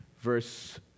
verse